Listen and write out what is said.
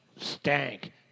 Stank